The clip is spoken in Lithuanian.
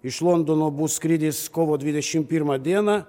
iš londono bus skrydis kovo dvidešim pirmą dieną